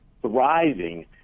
thriving